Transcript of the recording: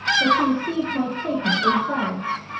but she received my statement in silence.